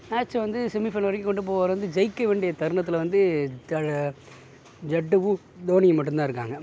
match வந்து semi final வரைக்கும் கொண்டு போக அவர் வந்து ஜெயிக்க வேண்டிய தருணத்தில் வந்து க ஜட்டுவும் தோனியும் மட்டும் தான் இருக்காங்க